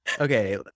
Okay